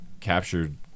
captured